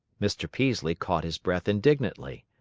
mr. peaslee caught his breath indignantly.